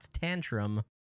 tantrum